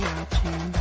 Watching